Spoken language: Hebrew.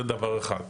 זה דבר אחד.